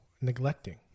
Neglecting